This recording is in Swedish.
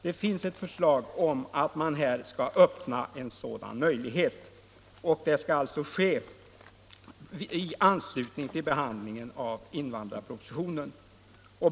Här finns alltså ett förslag, och det skall tas upp i anslutning till behandlingen av invandrarpropositionen.